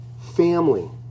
family